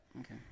Okay